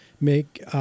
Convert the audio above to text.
make